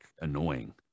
annoying